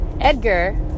Edgar